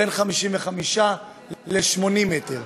בין 55 ל-80 מ"ר.